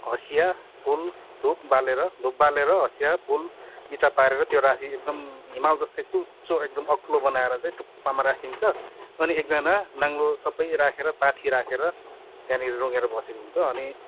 हसिया फुल धुप बालेर धुप बालेर हँसिया फुल बिटा पारेर त्यो रासी एकदम हिमाल जस्तै चुच्चो एकदम अग्लो बनाएर चाहिँ टुप्पामा राखिन्छ अनि एकजाना नाङ्गलो सबै राखेर पाथी राखेर त्यहाँनिर रुँगेर बसेको हुन्छ अनि